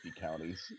counties